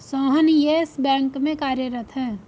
Sohan Yes Bank में कार्यरत है